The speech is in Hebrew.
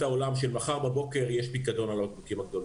העולם שמחר בבוקר יש פיקדון על הבקבוקים הגדולים.